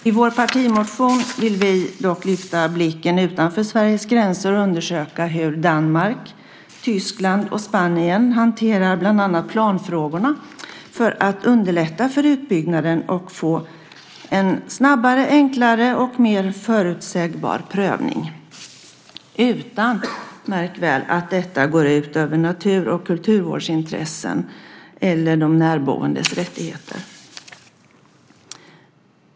I vår partimotion vill vi dock lyfta blicken utanför Sveriges gränser och undersöka hur Danmark, Tyskland och Spanien hanterar bland annat planfrågorna för att underlätta för utbyggnaden och få en snabbare, enklare och mer förutsägbar prövning - utan, märk väl, att detta går ut över natur och kulturvårdsintressen eller de närboendes rättigheter.